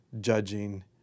judging